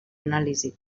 anàlisi